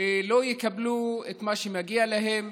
לא יקבלו את מה שמגיע להם,